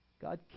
God